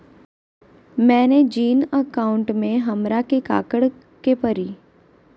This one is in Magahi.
मैंने जिन अकाउंट में हमरा के काकड़ के परी?